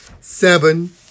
Seven